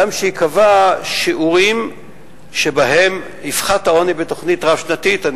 ייקבעו גם שיעורים שבהם יפחת העוני בתוכנית רב-שנתית.